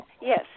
Yes